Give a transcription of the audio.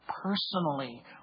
personally